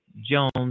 Jones